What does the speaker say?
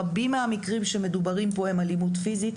רבים מהמקרים שמדוברים פה הם אלימות פיזית,